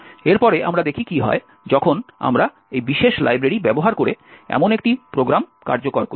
এরপরে আমরা দেখি কি হয় যখন আমরা এই বিশেষ লাইব্রেরি ব্যবহার করে এমন একটি প্রোগ্রাম কার্যকর করি